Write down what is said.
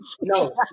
No